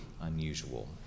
unusual